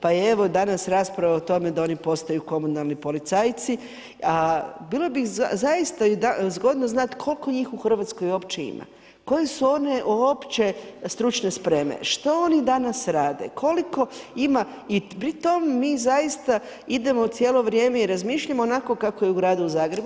Pa je evo danas rasprava o tome da oni postaju komunalni policajci, a bilo bi zaista zgodno znat koliko njih u Hrvatskoj uopće ima, koji su oni uopće stručne spreme, što oni danas rade, koliko ima i pri tom mi zaista idemo cijelo vrijeme i razmišljamo onako kako je u gradu Zagrebu.